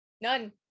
none